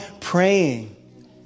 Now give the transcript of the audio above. praying